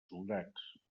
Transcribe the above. soldats